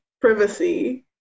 privacy